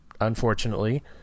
unfortunately